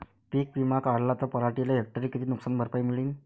पीक विमा काढला त पराटीले हेक्टरी किती नुकसान भरपाई मिळीनं?